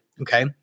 Okay